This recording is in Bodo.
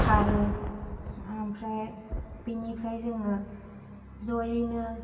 सारो ओमफ्राय बिनिफ्राय जोङो ज'यैनो